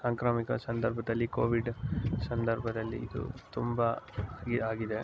ಸಾಂಕ್ರಾಮಿಕ ಸಂದರ್ಭ್ದಲ್ಲಿ ಕೋವಿಡ್ ಸಂದರ್ಭದಲ್ಲಿ ಇದು ತುಂಬ ಹಾಗೆ ಆಗಿದೆ